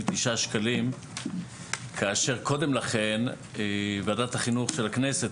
שקלים כאשר קודם לכן ועדת החינוך של הכנסת,